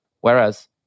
whereas